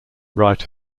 right